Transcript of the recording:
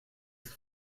ist